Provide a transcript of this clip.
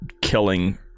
killing